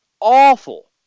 Awful